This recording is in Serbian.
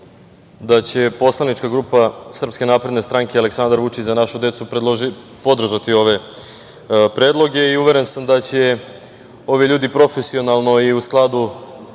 da će poslanička grupa SNS, Aleksandar Vučić – Za našu decu podržati ove predloge. Uveren sam da će ovi ljudi profesionalno i u skladu